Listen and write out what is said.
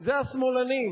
זה השמאלנים,